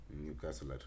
Newcastle